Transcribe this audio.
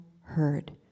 heard